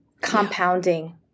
compounding